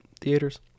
theaters